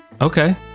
Okay